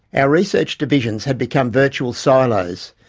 our research divisions had become virtual silos,